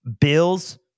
Bills